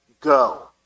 go